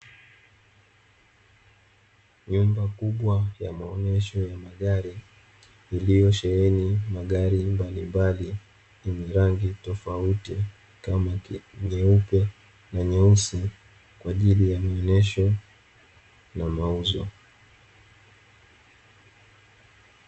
Nyumba kubwa ya maonesho ya magari iliyosheheni magari mbalimbali yenye rangi tofauti, kama nyeupe na nyeusi kwa ajili ya maonesho na mauzo.